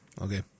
Okay